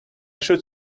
should